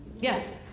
Yes